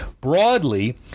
Broadly